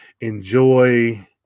Enjoy